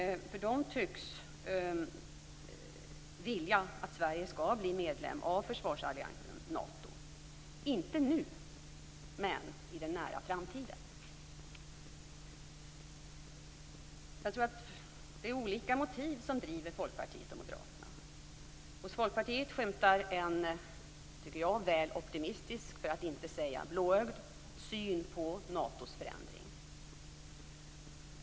De tycks vilja att Sverige skall bli medlem av försvarsalliansen Nato; inte nu men i den nära framtiden. Jag tror att det är olika motiv som driver Folkpartiet och Moderaterna. Hos Folkpartiet skymtar en, tycker jag, väl optimistisk för att inte säga blåögd syn på Natos förändring.